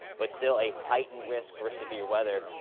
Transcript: but still a heightened risk for severe weather.